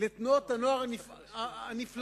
לתנועות הנוער הנפלאות,